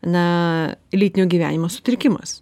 na lytinio gyvenimo sutrikimas